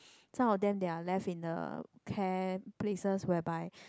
some of them they're left in the care places whereby